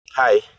Hi